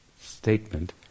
statement